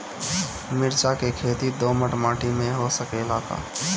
मिर्चा के खेती दोमट माटी में हो सकेला का?